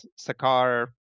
Sakar